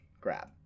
grab